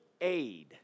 aid